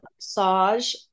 massage